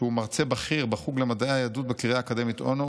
שהוא מרצה בכיר בחוג למדעי היהדות בקריה האקדמית אונו,